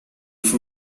fue